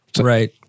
right